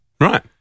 Right